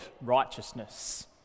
righteousness